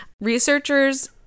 Researchers